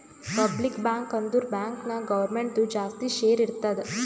public bank ಅಂದುರ್ bank ನಾಗ್ ಗೌರ್ಮೆಂಟ್ದು ಜಾಸ್ತಿ ಶೇರ್ ಇರ್ತುದ್